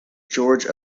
george